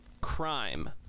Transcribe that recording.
Crime